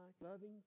loving